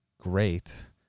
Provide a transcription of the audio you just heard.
Great